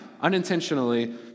unintentionally